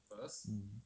mm